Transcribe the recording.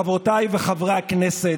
חברות וחברי הכנסת,